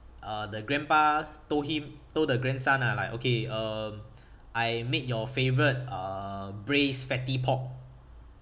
uh the grandpa told him told the grandson ah like okay um I make your favourite uh braised fatty pork